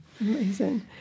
Amazing